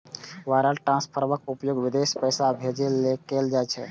wire ट्रांसफरक उपयोग विदेश पैसा भेजै लेल कैल जाइ छै